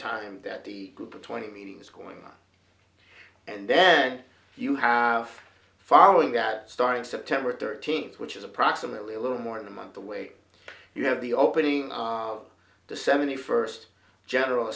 time that the group of twenty meeting is going on and then you have a following that starting september thirteenth which is approximately a little more than a month away you have the opening of the seventy first general